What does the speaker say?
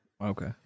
Okay